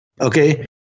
Okay